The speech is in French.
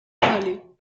palais